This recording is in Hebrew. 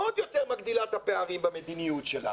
עוד יותר מגדילה את הפערים במדיניות שלה